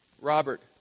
Robert